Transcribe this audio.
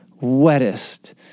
wettest